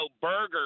burger